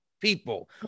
people